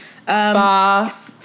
Spa